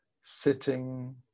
sitting